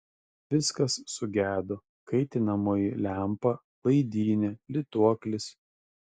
viskas sugedo kaitinamoji lempa laidynė lituoklis